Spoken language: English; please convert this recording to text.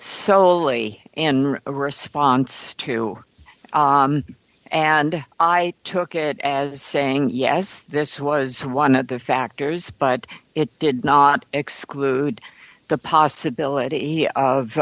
solely and a response to and i took it as saying yes this was one of the factors but it did not exclude the possibility of